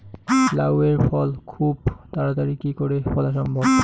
লাউ এর ফল খুব তাড়াতাড়ি কি করে ফলা সম্ভব?